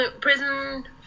prison